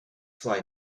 fly